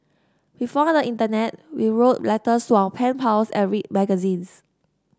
before the internet we wrote letters to our pen pals and read magazines